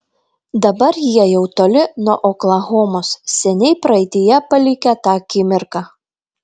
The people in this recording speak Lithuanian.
dabar jie jau toli nuo oklahomos seniai praeityje palikę tą akimirką